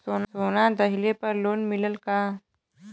सोना दहिले पर लोन मिलल का?